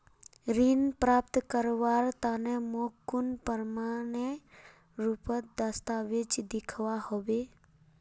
ऋण प्राप्त करवार तने मोक कुन प्रमाणएर रुपोत दस्तावेज दिखवा होबे?